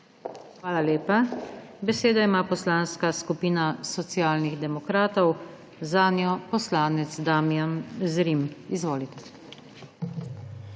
Hvala lepa. Besedo ima Poslanska skupina Socialnih demokratov, zanjo poslanec Damijan Zrim. Izvolite.